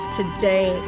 today